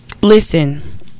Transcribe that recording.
listen